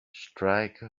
strike